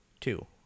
Two